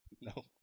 No